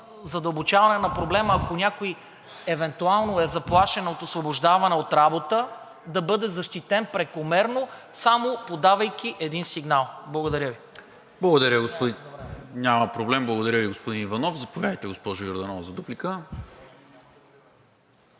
задълбочаване на проблема, ако някой евентуално е заплашен от освобождаване от работа да бъде защитен прекомерно, само подавайки един сигнал. Благодаря Ви. ПРЕДСЕДАТЕЛ НИКОЛА МИНЧЕВ: Благодаря, господин Иванов. Заповядайте, госпожо Йорданова за дуплика.